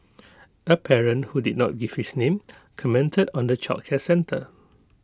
A parent who did not give his name commented on the childcare centre